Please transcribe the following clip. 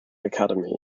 academy